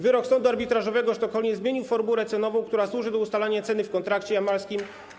Wyrok sądu arbitrażowego w Sztokholmie zmienił formułę cenową, która służy do ustalania ceny w kontrakcie jamalskim.